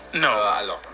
no